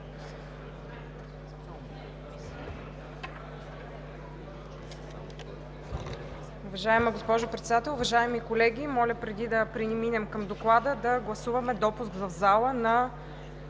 Уважаема госпожо Председател, уважаеми колеги! Моля, преди да преминем към Доклада, да гласуваме допуск в залата